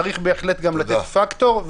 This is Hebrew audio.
צריך בהחלט גם לתת פקטור.